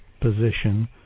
position